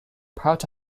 part